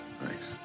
Thanks